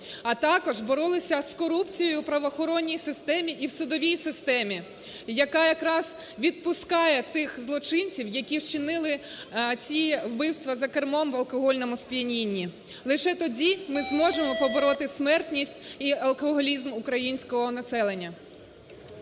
А також боролися з корупцією в правоохоронній системі і в судовій системі, яка якраз відпускає тих злочинців, які вчинили ті вбивства за кермом, в алкогольному сп'янінні. Лише тоді ми зможемо побороти смертність і алкоголізм українського населення.